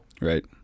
Right